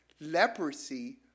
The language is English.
leprosy